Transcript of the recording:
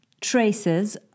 traces